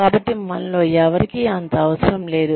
కాబట్టి మనలో ఎవరికీ అంత అవసరం లేదు